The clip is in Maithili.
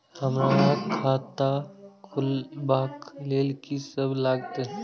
हमरा खाता खुलाबक लेल की सब लागतै?